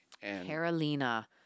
Carolina